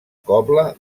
cobla